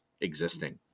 existing